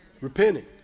Repenting